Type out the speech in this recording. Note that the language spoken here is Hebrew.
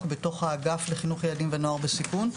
בתוך האגף לחינוך ילדים ונוער בסיכון.